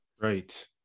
right